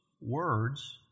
words